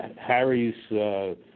Harry's